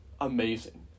amazing